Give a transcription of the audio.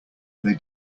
they